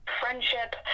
friendship